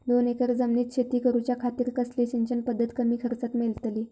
दोन एकर जमिनीत शेती करूच्या खातीर कसली सिंचन पध्दत कमी खर्चात मेलतली?